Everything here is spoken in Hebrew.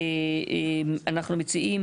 אנחנו מציעים